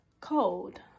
cold